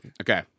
okay